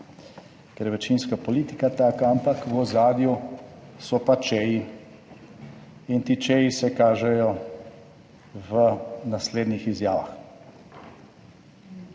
ker je večinska politika taka, ampak v ozadju so pa če-ji. In ti če-ji se kažejo v naslednjih izjavah.